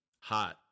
hot